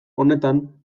honetan